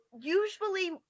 usually